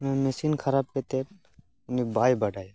ᱚᱱᱟ ᱢᱮᱥᱤᱱ ᱠᱷᱟᱨᱟᱯ ᱠᱟᱛᱮᱫ ᱩᱱᱤ ᱵᱟᱭ ᱵᱟᱰᱟᱭᱟ